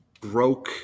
Broke